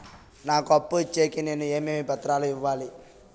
నాకు అప్పు ఇచ్చేకి నేను ఏమేమి పత్రాలు ఇవ్వాలి